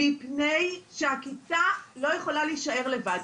מפני שהכיתה לא יכולה להישאר לבד.